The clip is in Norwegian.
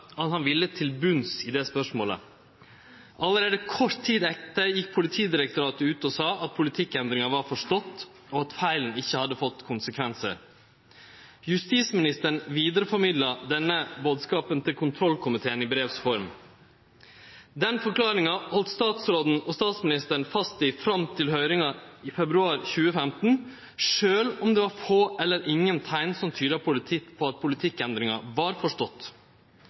at han ville til botnar i det spørsmålet. Alt kort tid etter gjekk Politidirektoratet ut og sa at politikkendringa var forstått, og at feilen ikkje hadde fått konsekvensar. Justisministeren vidareformidla denne bodskapen til kontrollkomiteen i brevs form. Denne forklaringa heldt statsråden og statsministeren fast ved fram til høyringa i februar 2015, sjølv om det var få eller ingen teikn som tyda på at politikkendringa var forstått.